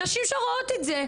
הנשים שרואות את זה,